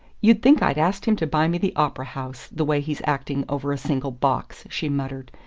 you'd think i'd asked him to buy me the opera house, the way he's acting over a single box, she muttered,